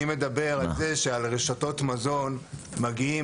אני מדבר על זה שעל רשתות מזון מגיעים